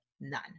None